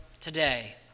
today